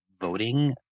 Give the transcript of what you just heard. voting